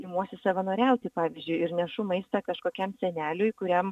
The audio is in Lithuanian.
imuosi savanoriauti pavyzdžiui ir nešu maistą kažkokiam seneliui kuriam